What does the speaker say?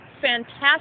fantastic